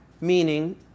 Meaning